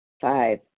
Five